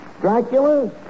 Dracula